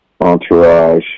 entourage